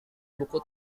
buku